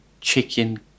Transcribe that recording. chicken